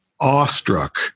awestruck